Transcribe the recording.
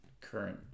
current